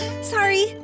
Sorry